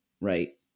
right